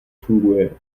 funguje